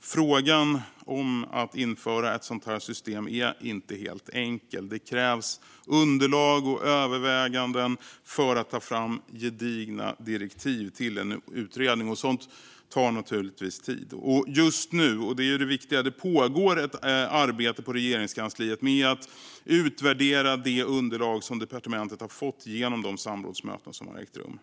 frågan om att införa ett sådant system är inte helt enkel. Det krävs underlag och överväganden för att ta fram gedigna direktiv till en utredning. Sådant tar tid. Just nu - det är det viktiga - pågår ett arbete på Regeringskansliet med att utvärdera de underlag som departementet har fått genom de samrådsmöten som har ägt rum.